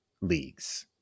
leagues